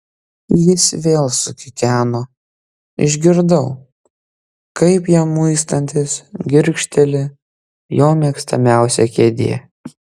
jis vėl sukikeno išgirdau kaip jam muistantis girgžteli jo mėgstamiausia kėdė